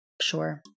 Sure